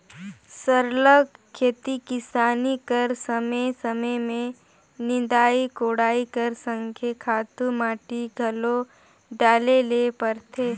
सरलग खेती किसानी कर समे समे में निंदई कोड़ई कर संघे खातू माटी घलो डाले ले परथे